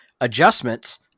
adjustments